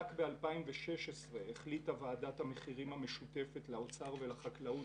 רק ב-2016 החליטה ועדת המחירים המשותפת לאוצר ולחקלאות